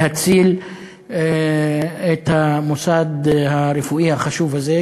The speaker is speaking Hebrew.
להציל את המוסד הרפואי החשוב הזה,